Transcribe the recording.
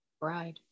Bride